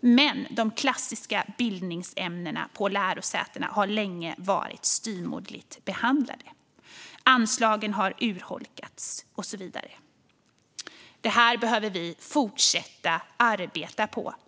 Men de klassiska bildningsämnena på lärosätena har länge varit styvmoderligt behandlade. Anslagen har urholkats och så vidare. Det här behöver vi fortsätta att arbeta med.